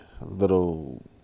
little